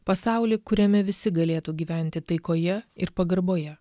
pasaulį kuriame visi galėtų gyventi taikoje ir pagarboje